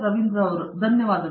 ರವೀಂದ್ರ ಗೆಟ್ಟು ಧನ್ಯವಾದಗಳು